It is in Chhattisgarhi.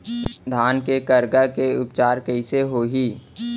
धान के करगा के उपचार कइसे होही?